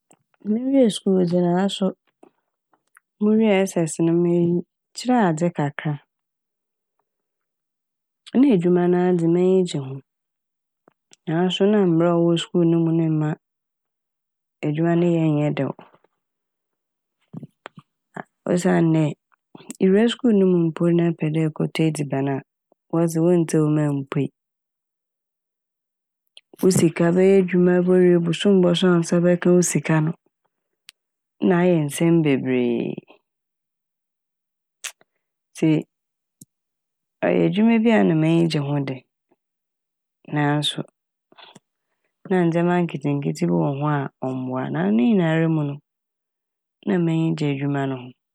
Mennwie skuul dze naaso mowie S.S.S no me - kyerɛ adze kakra a nna edwuma na dze m'enyi gye ho naaso na mbra a ɔwɔ skuul no mu ne mma edwuma no ne yɛ nnyɛ dɛw. A- osiandɛ iwura skuul no mu mpo na epɛ dɛ ekɔtɔ edziban a wɔse wonntsie wo ma emmpuei. Wo sika bɛyɛ edwuma bowie bosoom bɔso a wo nsa bɛka wo sika no na ayɛ nsɛm bebree ntsi ɔyɛ edwuma bi a nna m'enyi gye ho de naaso na ndzɛma nketseketse bi wɔ ho a ɔmmboa na ne nyinara mu no na m'enyi gye edwuma no ho.